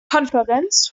konferenz